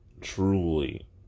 truly